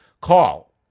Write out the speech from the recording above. Call